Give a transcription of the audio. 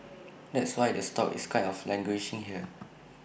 that's why the stock is kind of languishing here